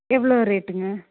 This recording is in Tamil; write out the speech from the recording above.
எவ்வளோ ரேட்டுங்க